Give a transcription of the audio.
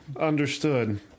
understood